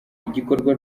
igikorwa